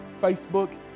Facebook